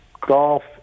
golf